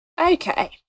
Okay